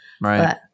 Right